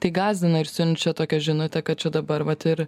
tai gąsdina ir siunčia tokią žinutę kad čia dabar vat ir